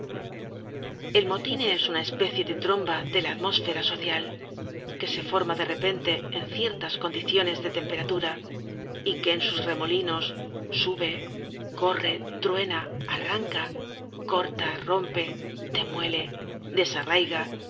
el motin es una especie de tromba de la atmósfera social que se forma de repente en ciertas condiciones de temperatura y que en sus remolinos sube corre truena arranca corta rompe demuele desarraiga